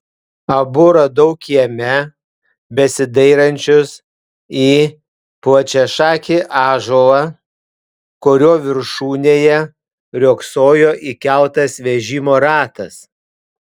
abu radau kieme besidairančius į plačiašakį ąžuolą kurio viršūnėje riogsojo įkeltas vežimo ratas